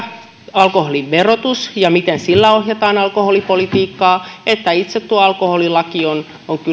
alkoholin verotus ja se miten sillä ohjataan alkoholipolitiikkaa että itse tuo alkoholilaki ovat kyllä molemmat